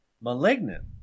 Malignant